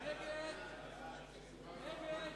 התשס"ט 2009, נתקבל.